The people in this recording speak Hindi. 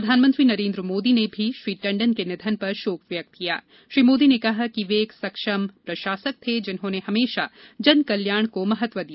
प्रधानमंत्री नरेन्द्र मोदी ने भी श्री टंडन के निधन पर शोक व्यक्त किया श्री मोदी ने कहा कि ये एक सक्षम प्रशासक थे जिन्होंने हमेशा जनकल्याण को महत्व दिया